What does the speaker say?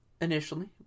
initially